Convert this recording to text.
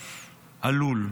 עלול,